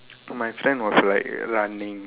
my friend was like running